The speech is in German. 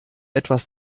etwas